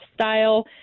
style